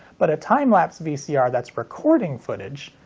but a time lapse vcr that's recording footage,